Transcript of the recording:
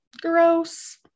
gross